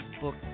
book